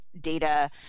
data